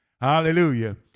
hallelujah